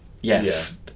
Yes